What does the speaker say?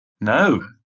No